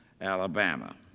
Alabama